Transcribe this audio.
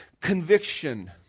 Conviction